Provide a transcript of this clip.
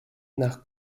nach